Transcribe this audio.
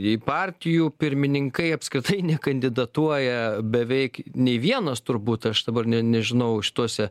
jei partijų pirmininkai apskritai nekandidatuoja beveik nei vienas turbūt aš dabar ne nežinau šituose